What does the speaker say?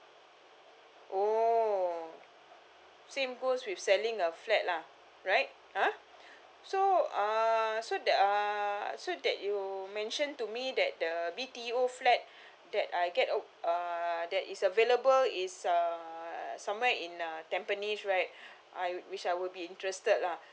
oh same goes with selling a flat lah right ah so uh so that uh so that you mentioned to me that the B_T_O flat that I get uh that is available is uh somewhere in uh tampines right I which I would be interested lah